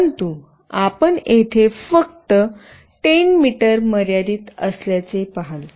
परंतु आपण येथे फक्त 10 मीटर मर्यादित असल्याचे पहाल